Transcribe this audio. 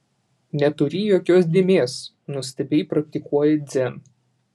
neturi jokios dėmės nuostabiai praktikuoji dzen